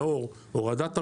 לאור הורדת המכסים,